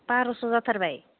बारस' जाथारबाय